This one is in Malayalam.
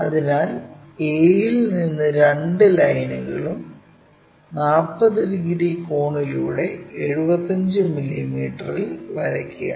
അതിനാൽ a ൽ നിന്ന് രണ്ട് ലൈനുകളും 40 ഡിഗ്രി കോണിലൂടെ 75 മില്ലീമീറ്റർ ഇൽ വരയ്ക്കുക